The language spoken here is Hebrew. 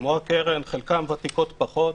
כמו הקרן וחלקן ותיקות פחות.